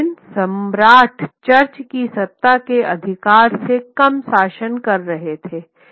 लेकिन सम्राट चर्च की सत्ता के अधिकार से कम शासन कर रहे थे